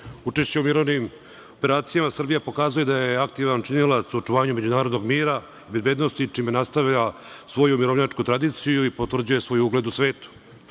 Učešćem u mirovnim operacijama Srbija pokazuje da je aktivan činilac u očuvanju međunarodnog mira, bezbednosti, čime nastavlja svoju mirovnjačku tradiciju i potvrđuje svoj ugled u